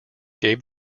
gave